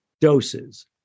doses